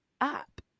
up